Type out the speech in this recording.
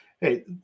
hey